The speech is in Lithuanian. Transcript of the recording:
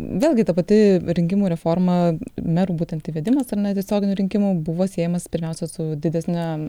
vėlgi ta pati rinkimų reforma merų būtent įvedimas ar ne tiesioginių rinkimų buvo siejamas pirmiausia su didesne